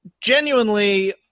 genuinely